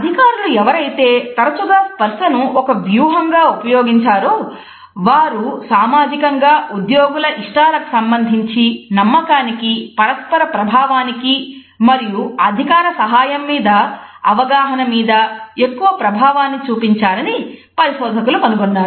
అధికారులు ఎవరైతే తరచుగా స్పర్శను ఒక వ్యూహంగా ఉపయోగించారో వారు సామాజికంగా ఉద్యోగుల ఇష్టాలకు సంబంధించి నమ్మకానికి పరస్పర ప్రభావానికి మరియు అధికారసహాయం మీద అవగాహన మీద ఎక్కువ ప్రభావాన్ని చూపించారని పరిశోధకులు కనుగొన్నారు